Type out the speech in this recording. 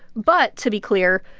but to be clear,